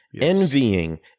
Envying